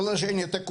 מיד אחרי הפגרה.